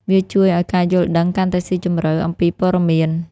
វាជួយឱ្យការយល់ដឹងកាន់តែស៊ីជម្រៅអំពីព័ត៌មាន។